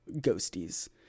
ghosties